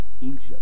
Egypt